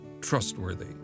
trustworthy